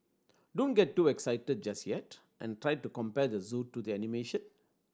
don't get too excited just yet and try to compare the zoo to the animation